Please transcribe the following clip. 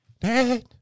dad